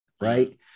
right